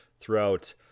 throughout